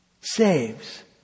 saves